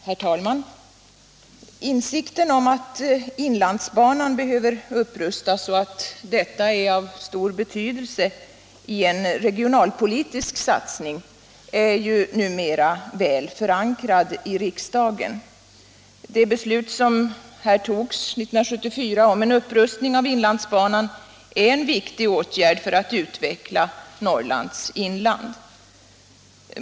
Herr talman! Insikten om att inlandsbanan behöver upprustas och att detta är av stor betydelse i en regionalpolitisk satsning är numera väl förankrad i riksdagen. Det beslut som här togs 1974 om en upprustning av inlandsbanan är en viktig åtgärd för att utveckla Norrlands inland.